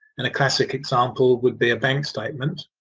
and the classic example would be a bank statement.